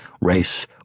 race